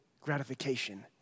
gratification